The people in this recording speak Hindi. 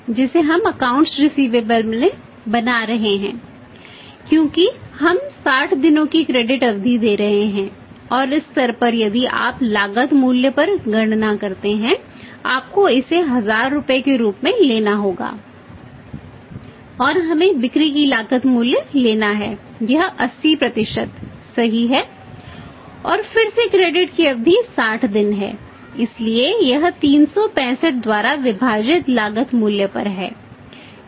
और हम जो क्रेडिट की अवधि 60 दिन है इसलिए यह 365 द्वारा विभाजित लागत मूल्य पर है